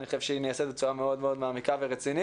אני חושב שהיא נעשית בצורה מאוד מאוד מעמיקה ורצינית.